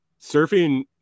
Surfing